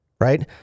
right